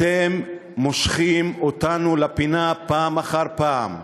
אתם מושכים אותנו לפינה פעם אחר פעם.